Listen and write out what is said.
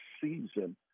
season